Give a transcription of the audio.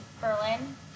Berlin